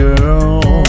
Girl